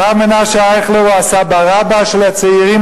הרב מנשה אייכלר הוא הסבא-רבא של הצעירים